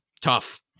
tough